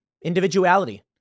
individuality